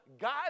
God